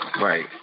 Right